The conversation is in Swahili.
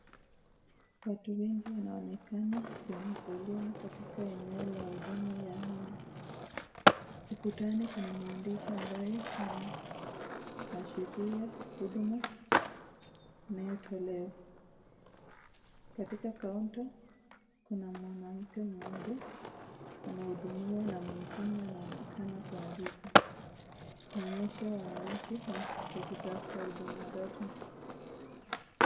Watu wengi wanaonekana kwenye foleni katika eneo la huduma yao na ukutani kuna maandishi ambayo yanaashiria huduma inayotolewa. Katika [counter] kuna mwanamke mmoja anahudumiwa na mwingine anaonekana kuandika. Inaonyesha wananchi wakitafuta huduma rasmi.